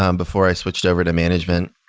um before i switched over to management.